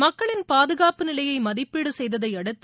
மக்களின் பாதுகாப்பு நிலையை மதிப்பீடு செய்ததை அடுத்து